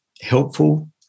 helpful